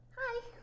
Hi